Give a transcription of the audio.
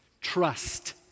trust